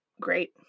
great